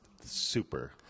super